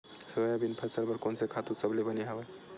Soybean फसल बर कोन से खातु सबले बने हवय?